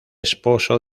esposo